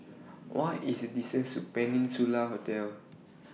What IS The distance to Peninsula Hotel